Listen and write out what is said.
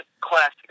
classic